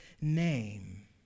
name